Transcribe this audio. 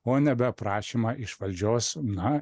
o nebe prašymą iš valdžios na